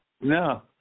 No